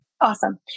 awesome